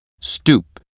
stoop